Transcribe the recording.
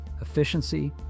efficiency